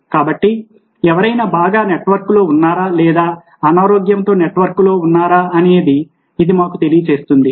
కాబట్టి ఎవరైనా బాగా నెట్వర్క్లో ఉన్నారా లేదా అనారోగ్యంతో నెట్వర్క్లో ఉన్నారనేది ఇది మాకు తెలియజేస్తుంది